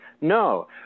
No